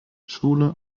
schwule